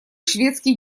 шведский